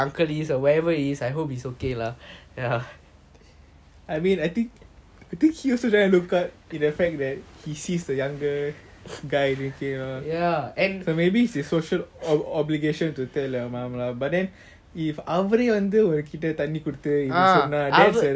I mean I think he also damn look at and affect that he sees the younger guy drinking maybe it's a social obligation to tell your mum lah but then if ஆவரேய வந்து உங்கிட்ட தண்ணி குடுத்து இப்பிடி சொன்ன:aavarey vanthu unkita thanni kuduthu ipidi sonna that's another issue